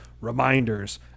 reminders